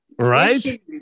Right